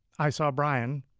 i saw brian